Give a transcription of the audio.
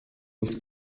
das